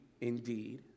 indeed